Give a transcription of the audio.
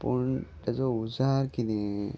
पूण तेजो उजार किदं